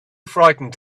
frightened